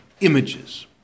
images